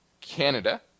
Canada